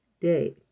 day